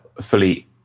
fully